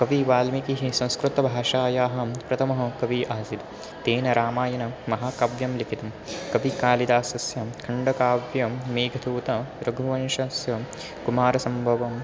कविः वाल्मीकिः संस्कृतभाषायाः प्रथमः कविः आसीत् तेन रामायणं महाकाव्यं लिखितं कविकालिदासस्य खण्डकाव्यं मेघदूतं रघुवंशस्य कुमारसम्भवम्